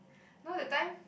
know that time